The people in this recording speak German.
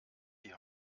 die